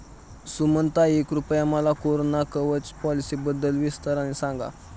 सुमनताई, कृपया मला कोरोना कवच पॉलिसीबद्दल विस्ताराने सांगा